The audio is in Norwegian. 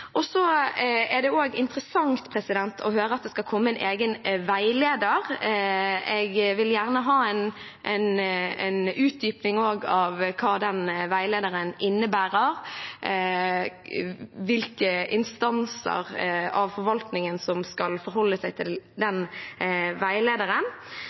er også interessant å høre at det skal komme en egen veileder. Jeg vil gjerne ha en utdypning av hva den veilederen innebærer, hvilke instanser av forvaltningen som skal forholde seg til